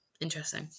Interesting